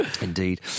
Indeed